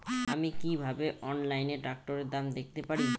আমি কিভাবে অনলাইনে ট্রাক্টরের দাম দেখতে পারি?